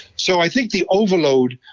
so i think the overload,